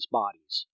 bodies